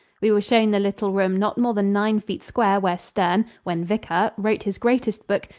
we were shown the little room not more than nine feet square where sterne, when vicar, wrote his greatest book,